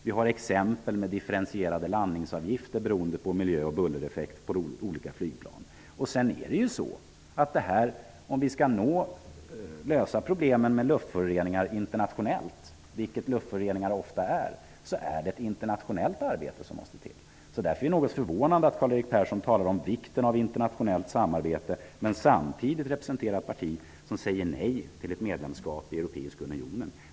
Som exempel kan jag nämna differentierade landningsavgifter på olika flygplan beroende på buller och miljöeffekter. Om vi skall kunna lösa problemen med luftföroreningar internationellt -- luftföroreningar är ofta internationella -- är det just internationellt arbete som måste till. Därför är jag något förvånad när Karl-Erik Persson talar om vikten av internationellt samarbete och samtidigt representerar ett parti som säger nej till ett medlemskap i den europeiska unionen.